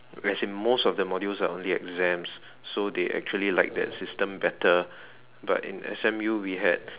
as in most of the modules are only exams so they actually liked that system better but in S_M_U we had